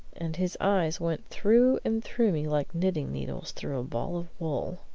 and his eyes went through and through me like knitting-needles through a ball of wool.